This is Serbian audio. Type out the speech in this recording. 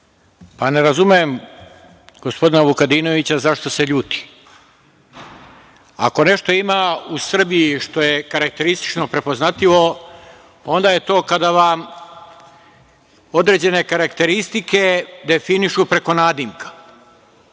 Ne razumem gospodina Vukadinovića zašto se ljuti. Ako nešto ima u Srbiji što je karakteristično i prepoznatljivo, onda je to kada vam određene karakteristike definišu preko nadimka.